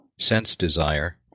sense-desire